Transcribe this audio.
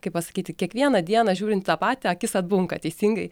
kaip pasakyti kiekvieną dieną žiūrint į tą patį akis atbunka teisingai